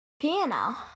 piano